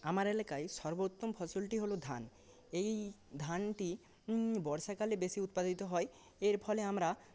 আমার এলাকায় সর্বোত্তম ফসলটি হল ধান এই ধানটি বর্ষাকালে বেশি উৎপাদিত হয় এর ফলে আমরা